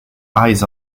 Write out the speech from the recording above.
eyes